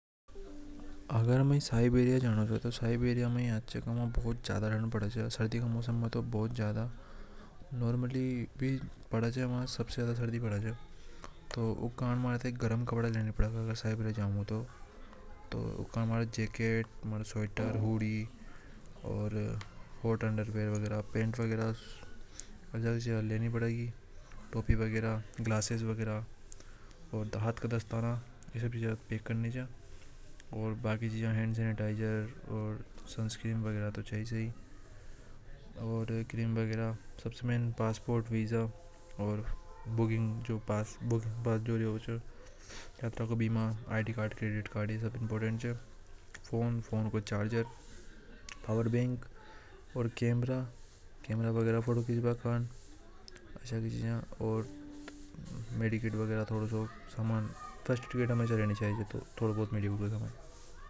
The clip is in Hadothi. अगर मु दक्षिण अफ्रीका जाऊंगुओं तो ऊके टाइम अग्र सर्दी लगे तो एक जैकेट नॉर्मल कैजुअल कपड़ा लोवर वगैरा ऊके बाद जूता च ऊके कंजे ट्रैकिंग शूज वगैरा। फिट जूता साथ में चप्पल या सेंडिल ऊके बाद एक टोपी वांग धूप ज्यादा रेवे च तो है वगैरा फेर कंडीशनर शैंपू वगैरा फेर ऊके बाद मारो पासपोर्ट वीज़ा यात्रा बीमा क्रेडिट कार्ड डैबिट कार्ड ये सांबर इंपॉर्टेंट चीजा च। फेर मढ़ी स्मार्ट फोन को चार्जर स्मार्ट फोन ये सब ओर कैमरा।